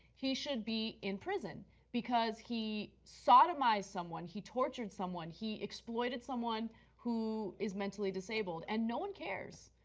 he should be in prison because he sodomized someone. he tortured someone. he exploited someone who is mentally disabled and no one cares.